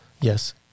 Yes